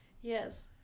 Yes